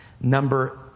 Number